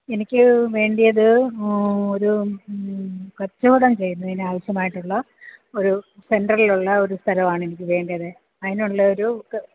എനിക്ക് വേണ്ടിയത് ഒരു കച്ചവടം ചെയ്യുന്നതിന് ആവശ്യമായിട്ടുള്ള ഒരു സെൻ്ററിലുള്ള ഒരു സ്ഥലവാണെനിക്ക് വേണ്ടത് അതിന് ഉള്ള ഒരു